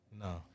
No